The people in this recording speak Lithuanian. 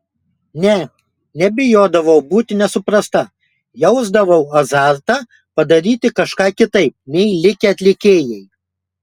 ne nebijodavau būti nesuprasta jausdavau azartą padaryti kažką kitaip nei likę atlikėjai